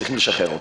צריכים לשחרר אותו,